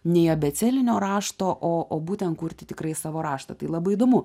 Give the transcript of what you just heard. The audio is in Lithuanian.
nei abėcėlinio rašto o o būtent kurti tikrai savo raštą tai labai įdomu